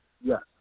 Yes